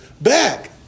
back